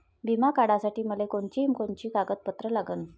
बिमा काढासाठी मले कोनची कोनची कागदपत्र लागन?